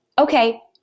Okay